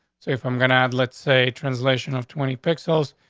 so if i'm gonna add, let's say translation of twenty pixels,